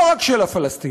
לא רק של הפלסטינים,